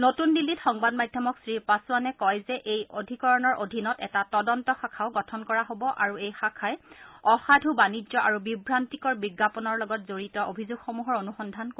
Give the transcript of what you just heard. নতুন দিল্লীত সংবাদ মাধ্যমক শ্ৰীপাছোৱানে কয় যে এই অধিকৰণৰ অধীনত এটা তদন্ত শাখাও গঠন কৰা হ'ব আৰু এই শাখাই অসাধ বাণিজ্য আৰু বিভান্তিকৰ বিজ্ঞাপনৰ লগত জড়িত অভিযোগসমূহৰ অনুসন্ধান কৰিব